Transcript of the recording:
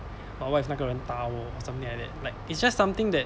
oh what if 那个人打我 or something like that like it's just something that